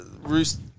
Roost